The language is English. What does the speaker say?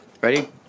Ready